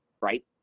right